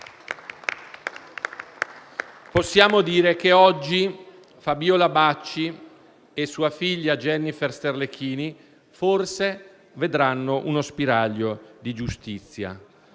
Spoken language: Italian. possiamo dire che oggi Fabiola Bacci e sua figlia, Jennifer Sterlecchini, forse vedranno uno spiraglio di giustizia.